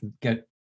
get